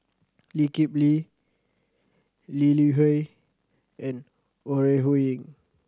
Lee Kip Lee Lee Li Hui and Ore Huiying